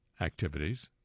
activities